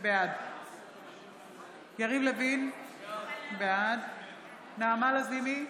בעד יריב לוין, בעד נעמה לזימי,